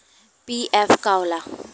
PF का होला?